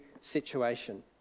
situation